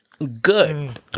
Good